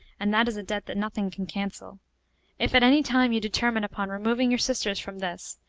and that is a debt that nothing can cancel if at any time you determine upon removing your sisters from this,